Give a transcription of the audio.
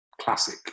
classic